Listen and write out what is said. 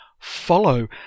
follow